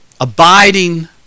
abiding